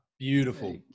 Beautiful